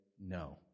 no